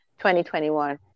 2021